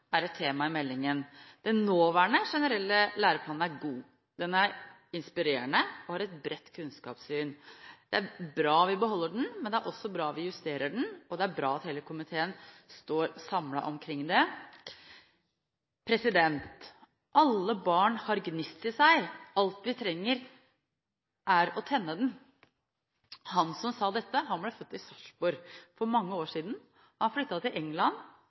er et tema i meldingen. Den nåværende generelle læreplanen er god, den er inspirerende, og den har et bredt kunnskapssyn. Det er bra at vi beholder den. Men det er også bra at vi justerer den, og det er bra at hele komiteen står samlet omkring det. Alle barn har gnist i seg. Alt vi trenger, er å tenne den. Han som sa dette, ble født i Sarpsborg for mange år siden. Han flyttet til England,